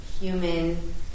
human